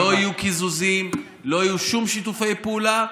לא יהיו קיזוזים, לא יהיו שום שיתופי פעולה.